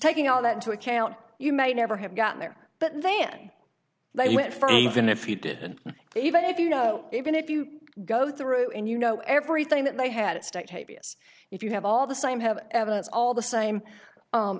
taking all that into account you might never have gotten there but then they went for even if you didn't even if you know even if you go through and you know everything that they had stayed b s if you have all the same have evidence all the same